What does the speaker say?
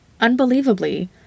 unbelievably